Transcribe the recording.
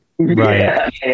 right